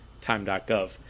time.gov